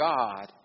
God